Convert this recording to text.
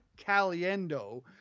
Caliendo